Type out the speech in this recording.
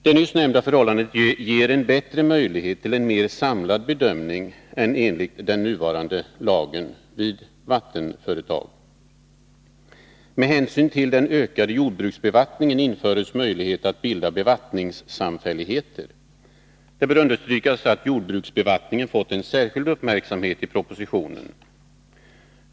Det nyss nämnda förhållandet ger bättre möjlighet till en mer samlad bedömning vid vattenföretag än den nuvarande lagen. Med hänsyn till den ökade jordbruksbevattningen införs möjlighet att bilda bevattningssamfälligheter. Det bör understrykas att jordbruksbevattningen fått en särskild uppmärksamhet i propositionen.